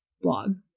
blog